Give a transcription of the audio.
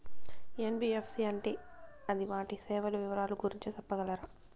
NBFC అంటే అది వాటి సేవలు వివరాలు గురించి సెప్పగలరా?